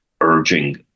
urging